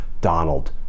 Donald